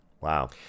Wow